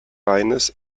reines